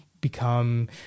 become